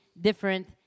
different